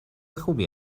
خوبی